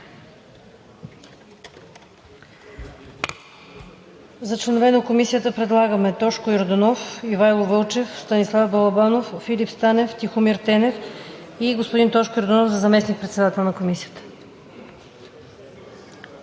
За членове на Комисията предлагаме Тошко Йорданов, Ивайло Вълчев, Станислав Балабанов, Филип Станев, Тихомир Тенев и господин Тошко Йорданов за заместник-председател на Комисията.